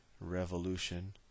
revolution